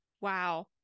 Wow